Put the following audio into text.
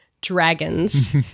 dragons